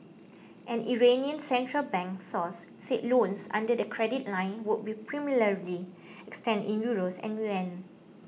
an Iranian central bank source said loans under the credit line would be primarily extended in Euros and yuan